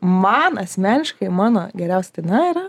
man asmeniškai mano geriausia daina yra